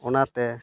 ᱚᱱᱟ ᱛᱮ